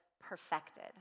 perfected